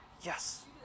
Yes